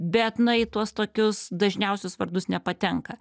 bet na į tuos tokius dažniausius vardus nepatenka